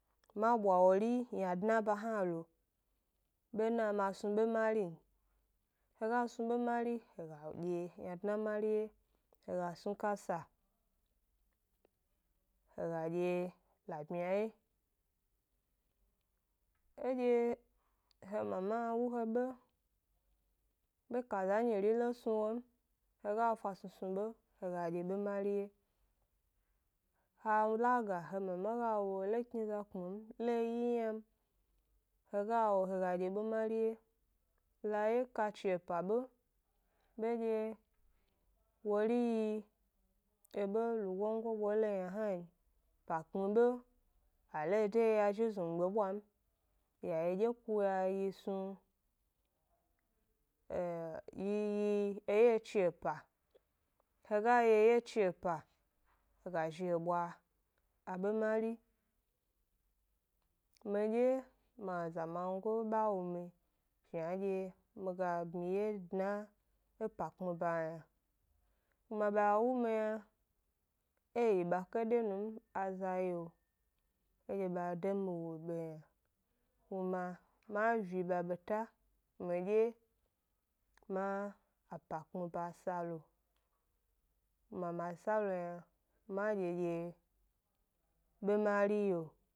Ma bwa wori ynadna ba hna lo, bena ma snu be mari n, he ga snu be mari he ga dye ynadna mari wye, he ga snu kasa he ga dye labmya wye, edye he mama wu he be, be kaza nyi ri lo snu wo m he ga fa snusnu be he ga dye be mari wye, ha laga he mama fa wu he lo kni za kpmi m, lo wyi yna m, he ga wo he ga dye be mari wye, la wye ka chi epa be, bedye wori yi ebe lugongo boleyi yna hna n, pa kpmi be a lo de yi ya zhi e znugbe bwa m, ya yidye ku ya yi snu, ee yi yi ewyw chiepa, he ga yi ewye yi chi epa he ga zhi bwa abe mari, midye mi azamango ba wu mi shnadye mi ga bmiwye dna e pa kpmi ba yna, kuma ba wu mi yna e yi ba kadai nu m, edye ba de mi wu du yna, kuma ma vi ba beta, midye ma apa kpmi ba sa lo, kuma ma sa lo yna ma dye dye be mari yio.